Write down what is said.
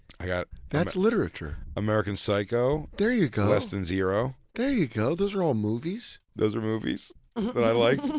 i got that's literature. american psycho. there you go. less than zero. there you go. those are all movies. those are movies. that i liked.